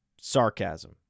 sarcasm